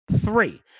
Three